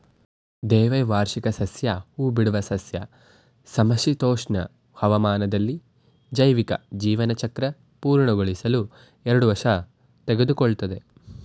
ದ್ವೈವಾರ್ಷಿಕ ಸಸ್ಯ ಹೂಬಿಡುವ ಸಸ್ಯ ಸಮಶೀತೋಷ್ಣ ಹವಾಮಾನದಲ್ಲಿ ಜೈವಿಕ ಜೀವನಚಕ್ರ ಪೂರ್ಣಗೊಳಿಸಲು ಎರಡು ವರ್ಷ ತೆಗೆದುಕೊಳ್ತದೆ